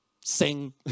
sing